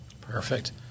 Perfect